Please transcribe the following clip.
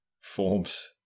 forms